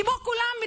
כמו כולם,